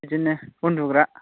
बिदिनो उन्दुग्रा